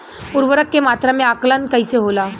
उर्वरक के मात्रा में आकलन कईसे होला?